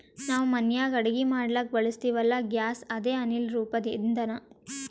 ನಾವ್ ಮನ್ಯಾಗ್ ಅಡಗಿ ಮಾಡ್ಲಕ್ಕ್ ಬಳಸ್ತೀವಲ್ಲ, ಗ್ಯಾಸ್ ಅದೇ ಅನಿಲ್ ರೂಪದ್ ಇಂಧನಾ